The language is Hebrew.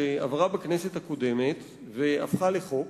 עברה בכנסת הקודמת והפכה לחוק.